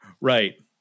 Right